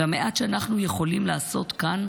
והמעט שאנחנו יכולים לעשות כאן,